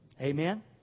Amen